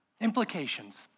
Implications